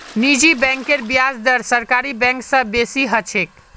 निजी बैंकेर ब्याज दर सरकारी बैंक स बेसी ह छेक